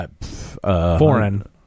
Foreign